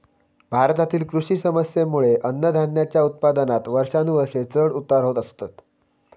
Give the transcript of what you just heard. भारतातील कृषी समस्येंमुळे अन्नधान्याच्या उत्पादनात वर्षानुवर्षा चढ उतार होत असतत